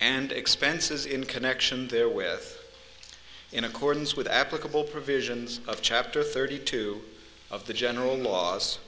and expenses in connection there with in accordance with applicable provisions of chapter thirty two of the general laws